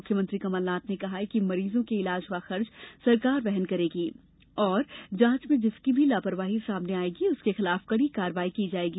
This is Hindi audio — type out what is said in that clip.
मुख्यमंत्री कमलनाथ ने कहा है कि मरीजों के ईलाज का खर्च सरकार वहन करेगी और जांच में जिसकी भी लापरवाही सामने आयेगी उसके खिलाफ कड़ी कार्यवाही की जायेगी